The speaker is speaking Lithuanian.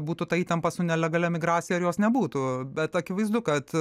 būtų ta įtampa su nelegalia migracija ar jos nebūtų bet akivaizdu kad